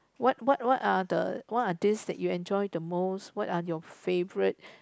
what what what are the what are this that you enjoy the most what are your favourite